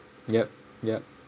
yup yup